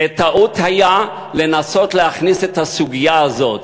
זה היה טעות לנסות להכניס את הסוגיה הזאת.